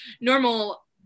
normal